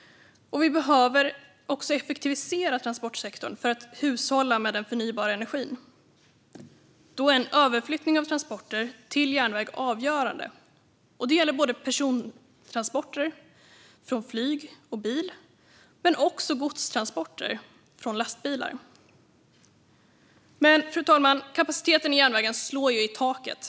Vi behöver också effektivisera transportsektorn för att hushålla med den förnybara energin. Då är en överflyttning av transporter till järnväg avgörande, och det gäller såväl persontransporter från flyg och bil som godstransporter från lastbilar. Fru talman! Kapaciteten på järnvägen slår dock i taket.